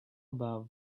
about